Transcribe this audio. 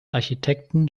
architekten